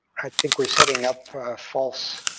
i think we're setting up false